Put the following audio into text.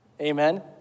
Amen